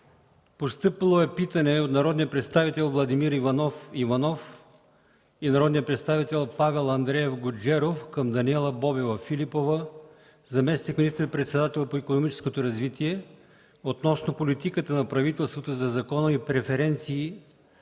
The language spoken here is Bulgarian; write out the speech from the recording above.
Постъпило е питане от народния представител Владимир Иванов Иванов и народния представител Павел Андреев Гуджеров към Даниела Бобева-Филипова – заместник министър-председател по икономическото развитие, относно политиката на правителството за законови преференции